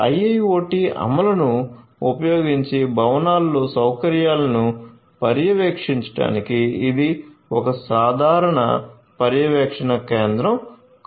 IIoT అమలును ఉపయోగించి భవనాలలో సౌకర్యాలను పర్యవేక్షించడానికి ఇది ఒక సాధారణ పర్యవేక్షణ కేంద్రం కానుంది